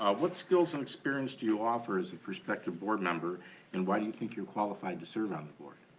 ah what skills and experience do you offer as a prospective board member and why do you think you're qualified to serve on the board?